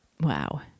Wow